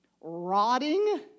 rotting